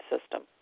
system